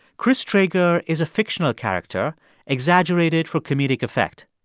chris traeger is a fictional character exaggerated for comedic effect,